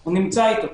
הוא נמצא אתו.